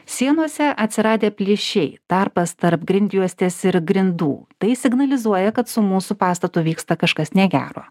sienose atsiradę plyšiai tarpas tarp grindjuostės ir grindų tai signalizuoja kad su mūsų pastatu vyksta kažkas negero